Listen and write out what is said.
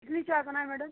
दूसरी चाय बनाएंगे मैडम